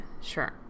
Sure